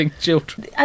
children